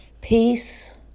peace